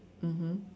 mmhmm